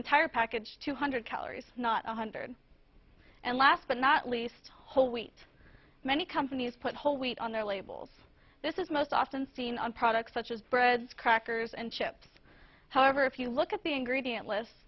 entire package two hundred calories not one hundred and last but not least whole wheat many companies put whole wheat on their labels this is most often seen on products such as breads crackers and chips however if you look at the ingredient list